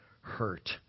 hurt